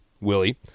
Willie